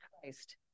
Christ